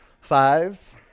Five